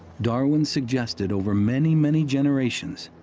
darwin suggested, over many, many generations,